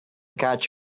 catch